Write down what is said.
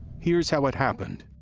here's how it happened.